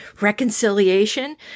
reconciliation